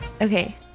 Okay